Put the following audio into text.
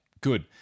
Good